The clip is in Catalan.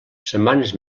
setmanes